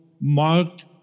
marked